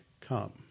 come